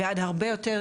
שלומית,